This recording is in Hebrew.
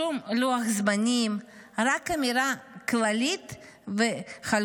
שום לוח זמנים, רק אמירה כללית וחלולה.